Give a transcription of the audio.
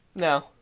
No